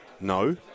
No